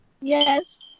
Yes